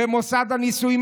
מוסד הנישואים,